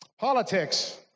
Politics